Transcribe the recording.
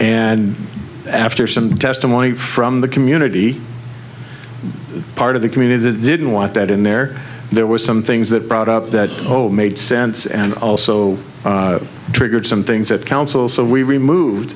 and after some testimony from the community part of the community that didn't want that in there there were some things that brought up that made sense and also triggered some things that can so we removed